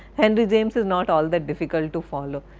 henry james is not all that difficult to follow.